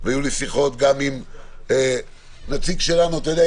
והיו לי שיחות גם עם נציג שלנו אתה יודע,